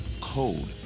code